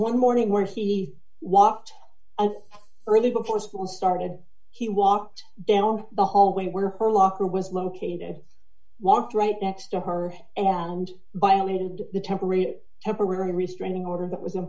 one morning where he walked early before school started he walked down the hallway where her locker was located and walked right next to her and by omitted the temporary temporary restraining order that was in